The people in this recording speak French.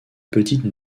petite